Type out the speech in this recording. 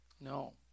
No